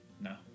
No